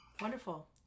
Wonderful